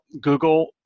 Google